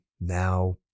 now